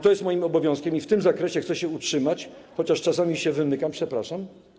To jest moim obowiązkiem i w tym zakresie chcę się utrzymać, chociaż czasami się wymykam, przepraszam.